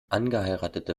angeheiratete